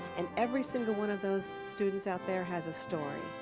and every single one of those students out there has a story.